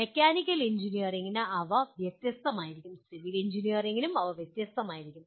mechanical എഞ്ചിനീയറിംഗിന് അവ വ്യത്യസ്തമായിരിക്കും സിവിൽ എഞ്ചിനീയറിംഗിനും അവ വ്യത്യസ്തമായിരിക്കും